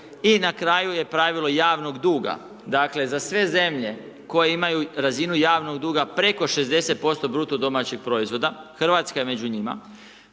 I na kraju je pravilo javnog duga, dakle, za sve zemlje koje imaju razinu javnog duga preko 60% BDP-a, Hrvatska je među njima,